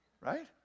right